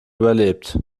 überlebt